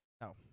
No